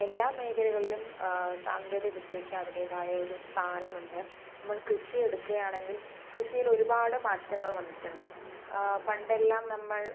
എല്ലാ മേഖലകളിലും സാങ്കേതിക വിദ്യയ്ക്ക് അതിന്റേതായ ഒരു സ്ഥാനമുണ്ട് നമ്മൾ കൃഷി എടുക്കുകയാണെങ്കിൽ കൃഷിയിൽ ഒരുപാട് മാറ്റങ്ങൾ വന്നിട്ടുണ്ട് പണ്ടെല്ലാം നമ്മൾ